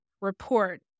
report